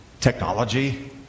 technology